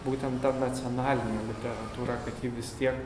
būtent ta nacionalinė literatūra kad ji vis tiek